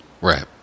Right